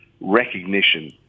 recognition